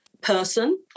person